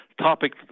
topic